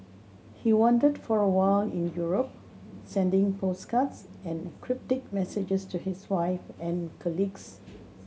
he wandered for a while in Europe sending postcards and cryptic messages to his wife and colleagues